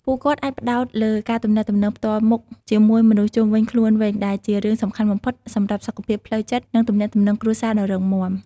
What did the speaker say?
ពួកគាត់អាចផ្តោតលើការទំនាក់ទំនងផ្ទាល់មុខជាមួយមនុស្សជុំវិញខ្លួនវិញ ដែលជារឿងសំខាន់បំផុតសម្រាប់សុខភាពផ្លូវចិត្តនិងទំនាក់ទំនងគ្រួសារដ៏រឹងមាំ។